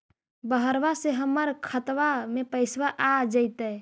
बहरबा से हमर खातबा में पैसाबा आ जैतय?